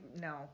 No